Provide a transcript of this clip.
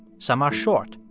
some are short.